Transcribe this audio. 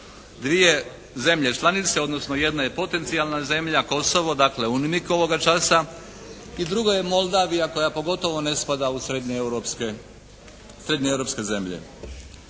Dvije zemlje članice. Odnosno jedna je potencijalna zemlja Kosovo, dakle … /Govornik se ne razumije./ … ovoga časa i drugo je Moldavija koja pogotovo ne spada u srednjeeuropske,